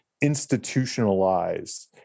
institutionalized